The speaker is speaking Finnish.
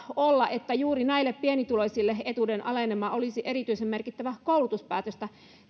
olla että juuri näille pienituloisille etuuden alenema olisi erityisen merkittävä koulutuspäätöstä